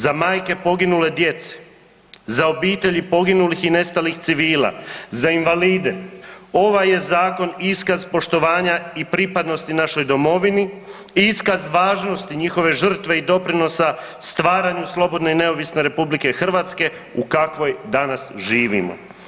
Za majke poginule djece, za obitelji poginulih i nestalih civila, za invalide ovaj je zakon iskaz poštovanja i pripadnosti našoj domovini, iskaz važnosti njihove žrtve i doprinosa stvaranju slobodne i neovisne RH u kakvoj danas živimo.